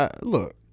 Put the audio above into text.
Look